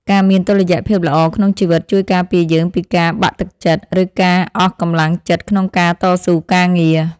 ការមានតុល្យភាពល្អក្នុងជីវិត ជួយការពារយើងពីការបាក់ទឹកចិត្ត ឬការអស់កម្លាំងចិត្តក្នុងការតស៊ូការងារ។